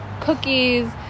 cookies